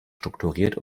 strukturiert